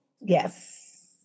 yes